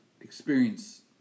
experience